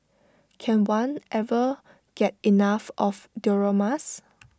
can one ever get enough of dioramas